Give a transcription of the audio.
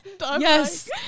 yes